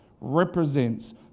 represents